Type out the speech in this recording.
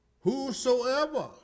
Whosoever